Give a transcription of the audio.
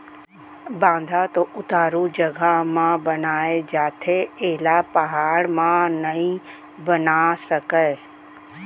बांधा तो उतारू जघा म बनाए जाथे एला पहाड़ म नइ बना सकय